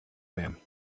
mehr